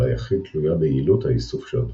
יחיד תלויה ביעילות האיסוף של הדבורה,